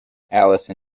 alice